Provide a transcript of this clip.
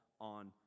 on